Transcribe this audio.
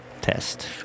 test